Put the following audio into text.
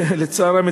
לצערם,